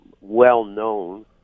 well-known